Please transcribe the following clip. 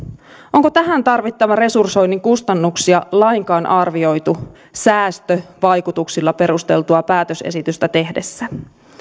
onko tähän tarvittavan resursoinnin kustannuksia lainkaan arvioitu säästövaikutuksilla perusteltua päätösesitystä tehdessä